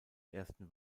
ersten